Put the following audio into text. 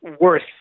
worth –